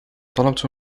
طلبت